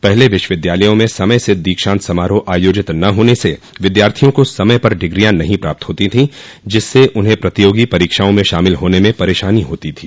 पहले विश्वविद्यालयों में समय से दीक्षांत समारोह आयोजित न होने से विद्यार्थियों को समय पर डिग्रियां नहीं प्राप्त होती थी जिससे उन्हें प्रतियोगी परीक्षाओं में शामिल होने में परेशानी होती थी